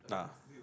nah